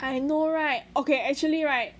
I know right okay actually right